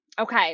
okay